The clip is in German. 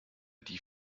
die